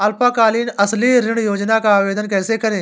अल्पकालीन फसली ऋण योजना का आवेदन कैसे करें?